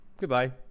Goodbye